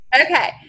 okay